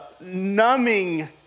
numbing